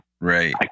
Right